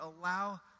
allow